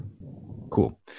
Cool